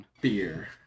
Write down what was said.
beer